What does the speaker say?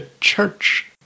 church